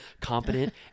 competent